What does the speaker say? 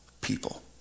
people